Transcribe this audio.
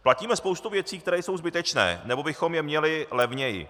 Platíme spoustu věcí, které jsou zbytečné, nebo bychom je měli levněji.